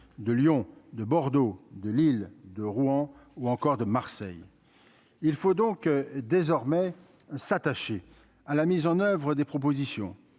de Lyon, de Bordeaux, de Lille de Rouen ou encore de Marseille, il faut donc désormais s'attacher à la mise en oeuvre des propositions